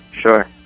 sure